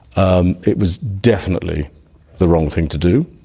um it was definitely the wrong thing to do.